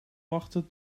wachten